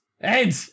Ed